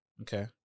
Okay